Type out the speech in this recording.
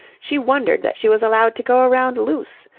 she wondered that she was allowed to go around loose.